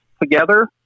together